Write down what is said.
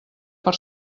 per